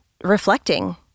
reflecting